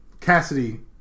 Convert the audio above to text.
Cassidy